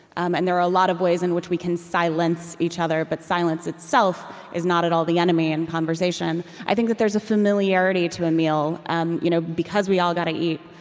um and there are a lot of ways in which we can silence each other, but silence itself is not at all the enemy in conversation i think that there's a familiarity to a meal, um you know because we all gotta eat,